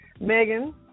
Megan